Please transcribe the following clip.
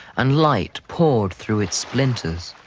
and light poured through its splinters.